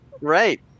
Right